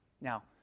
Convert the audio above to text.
Now